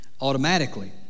automatically